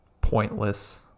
pointless